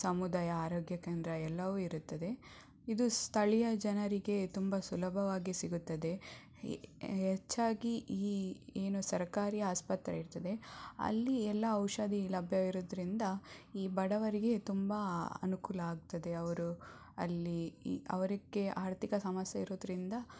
ಸಮುದಾಯ ಆರೋಗ್ಯ ಕೇಂದ್ರ ಎಲ್ಲವೂ ಇರುತ್ತದೆ ಇದು ಸ್ಥಳೀಯ ಜನರಿಗೆ ತುಂಬ ಸುಲಭವಾಗಿ ಸಿಗುತ್ತದೆ ಹೆಚ್ಚಾಗಿ ಈ ಏನು ಸರ್ಕಾರಿ ಆಸ್ಪತ್ರೆ ಇರ್ತದೆ ಅಲ್ಲಿ ಎಲ್ಲ ಔಷಧಿ ಲಭ್ಯ ಇರೋದ್ರಿಂದ ಈ ಬಡವರಿಗೆ ತುಂಬ ಅನುಕೂಲ ಆಗ್ತದೆ ಅವರು ಅಲ್ಲಿ ಅವ್ರಿಗೆ ಆರ್ಥಿಕ ಸಮಸ್ಯೆ ಇರೋದ್ರಿಂದ